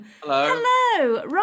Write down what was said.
Hello